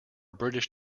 british